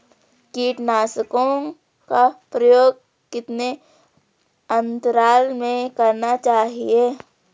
कीटनाशकों का प्रयोग कितने अंतराल में करना चाहिए?